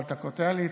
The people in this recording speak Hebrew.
אבל אתה קוטע לי,